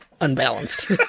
unbalanced